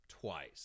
twice